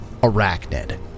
arachnid